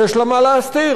יש לה מה להסתיר.